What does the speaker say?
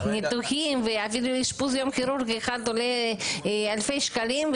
ניתוחים ואפילו אשפוז יום כירורגי עולה אלפי שקלים.